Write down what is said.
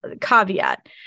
caveat